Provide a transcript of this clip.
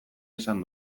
esan